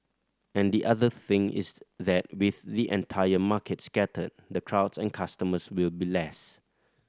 and the other thing is that with the entire market scattered the crowds and customers will be less